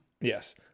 Yes